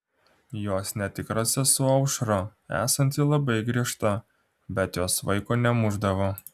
jos netikra sesuo aušra esanti labai griežta bet jos vaiko nemušdavo